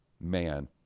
man